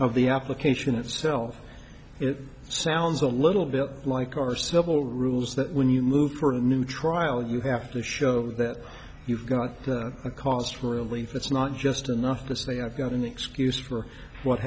of the application itself it sounds a little bit like our simple rules that when you move for a new trial you have to show that you've got a cost relief it's not just enough to say i've got an excuse for what